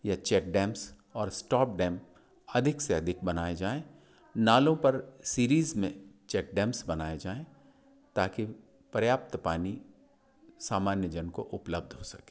या check dams और stop dam अधिक से अधिक बनाएं जाएं नालों पर सीरीज़ में चेक डैम्स बनाएं जाएं ताकि पर्याप्त पानी सामान्य जन को उपलब्ध हो सके